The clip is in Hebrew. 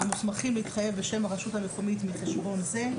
המוסמכים להתחייב בשם הרשות המקומית מחשבון זה,